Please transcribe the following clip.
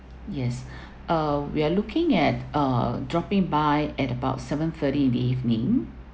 yes uh we're looking at uh dropping by at about seven thirty in the evening